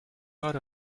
got